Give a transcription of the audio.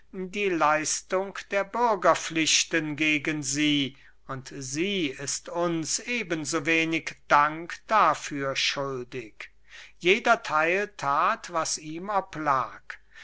die leistung der bürgerpflichten gegen sie und sie ist uns eben so wenig dank dafür schuldig jeder theil that was ihm oblag